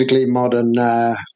modern